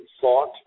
thought